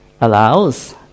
allows